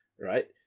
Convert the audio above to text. right